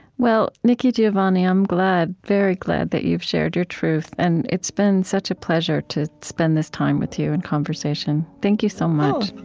well, nikki giovanni, i'm glad, very glad that you've shared your truth. and it's been such a pleasure to spend this time with you in conversation. thank you so much oh,